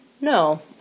No